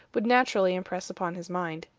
would naturally impress upon his mind.